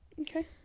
Okay